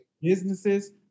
businesses